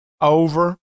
over